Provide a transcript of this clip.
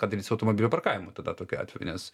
ką daryt su automobilių parkavimu tada tokiu atveju nes